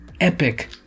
epic